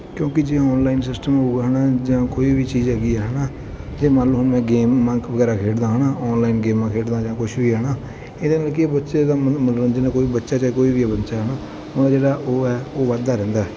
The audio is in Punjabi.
ਕਿਉਂਕਿ ਜੇ ਔਨਲਾਈਨ ਸਿਸਟਮ ਹੋਊਗਾ ਹੈ ਨਾ ਜਾਂ ਕੋਈ ਵੀ ਚੀਜ਼ ਹੈਗੀ ਆ ਹੈ ਨਾ ਅਤੇ ਮੰਨ ਲਓ ਹੁਣ ਮੈਂ ਗੇਮ ਵਗੈਰਾ ਖੇਡਦਾ ਹੈ ਨਾ ਔਨਲਾਈਨ ਗੇਮਾਂ ਖੇਡਦਾ ਜਾਂ ਕੁਛ ਵੀ ਹੈ ਨਾ ਇਹਦੇ ਨਾਲ ਕੀ ਹੈ ਬੱਚੇ ਦਾ ਮਨੋਰੰਜਨ ਕੋਈ ਬੱਚਾ ਚਾਹੇ ਕੋਈ ਵੀ ਆ ਬੱਚਾ ਹੈ ਨਾ ਉਹਦਾ ਜਿਹੜਾ ਉਹ ਹੈ ਉਹ ਵੱਧਦਾ ਰਹਿੰਦਾ